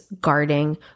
guarding